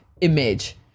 image